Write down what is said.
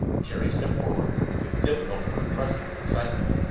jerry stepped forward, with difficulty repressing his excitement.